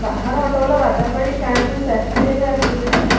ବାହାର ଅଟୋବାଲା ବାଦାମବାଡ଼ି ଷ୍ଟାଣ୍ଡରୁ ମୁଁ ପାସେଞ୍ଜରରେ ଆସୁଥିଲି ନା